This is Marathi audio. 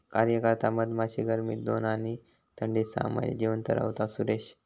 कार्यकर्ता मधमाशी गर्मीत दोन आणि थंडीत सहा महिने जिवंत रव्हता, सुरेश